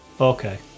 okay